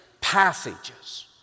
passages